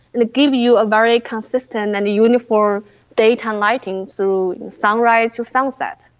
and it gives you a very consistent and uniform daytime lighting, so sunrise to sunset.